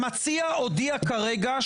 אז אם הדיון עוד לא הסתיים,